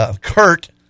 Kurt